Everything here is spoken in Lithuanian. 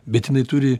bet jinai turi